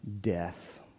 death